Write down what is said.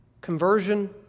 conversion